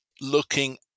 looking